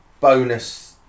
bonus